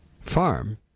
farm